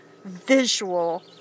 visual